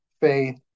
faith